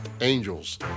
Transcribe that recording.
angels